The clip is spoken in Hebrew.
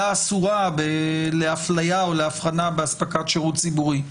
אסורה להפליה או להבחנה באספקת שירות ציבורי.